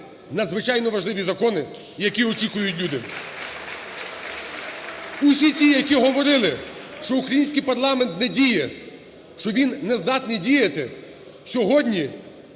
надзвичайно важливі закони, які очікують люди. (Оплески) Усі ті, які говорили, що український парламент не діє, що він не здатний діяти, сьогодні